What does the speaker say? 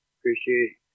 Appreciate